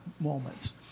moments